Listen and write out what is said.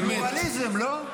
פלורליזם, לא?